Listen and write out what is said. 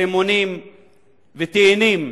רימונים ותאנים.